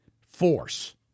force